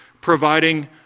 providing